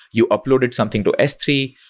you uploaded something to s three,